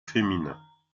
féminins